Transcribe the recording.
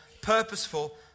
purposeful